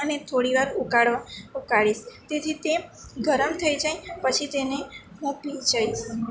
અને થોડીવાર ઉકાળવા ઉકાળીશ તેથી તે ગરમ થઈ જાય પછી તેને હું પી જઈશ